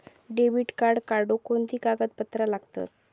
Debit card काढुक कोणते कागदपत्र लागतत?